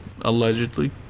allegedly